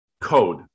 code